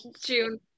June